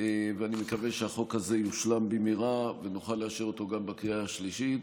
אני מקווה שהחוק הזה יושלם במהרה ונוכל לאשר אותו גם בקריאה השלישית.